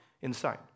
inside